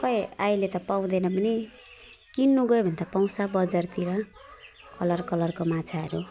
खै अहिले पाउँदैन पनि किन्नु गयो भने त पाउँछ बजारतिर कलर कलरको माछाहरू